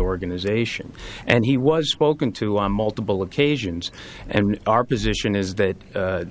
organization and he was spoken to on multiple occasions and our position is that